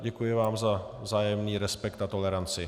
Děkuji vám za vzájemný respekt a toleranci.